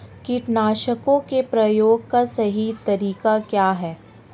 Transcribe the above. कीटनाशकों के प्रयोग का सही तरीका क्या है?